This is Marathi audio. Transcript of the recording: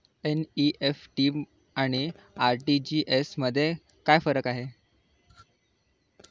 एन.इ.एफ.टी आणि आर.टी.जी.एस मध्ये काय फरक आहे?